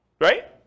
Right